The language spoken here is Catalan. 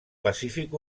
pacífic